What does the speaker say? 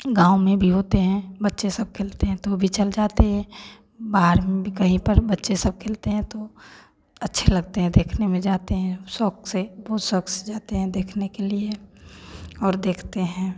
गाँव में भी होते हैं बच्चे सब खेलते हैं तो भी चल जाते हैं बाहर में कहीं बच्चे सब खेलते हैं तो अच्छे लगते हैं देखने में जाते हैं शौक़ से बोहत शौक़ से जाते हैं देखने के लिए और देखते हैं